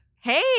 Hey